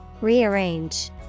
Rearrange